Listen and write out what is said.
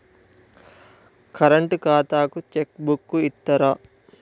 Current ఖాతాకు cheque book ఇత్తరా?